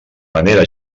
manera